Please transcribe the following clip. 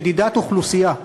נדידת אוכלוסייה.